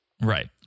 Right